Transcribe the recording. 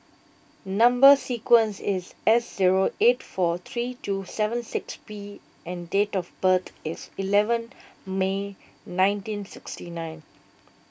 Number Sequence is S zero eight four three two seven six P and date of birth is eleven May nineteen sixty nine